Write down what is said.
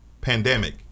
pandemic